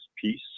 Peace